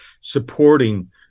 supporting